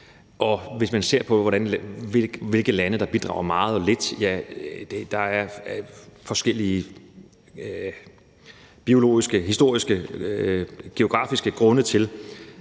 Hvis man ser på, hvilke lande der bidrager meget og lidt, er der forskellige biologiske, historiske og geografiske grunde til,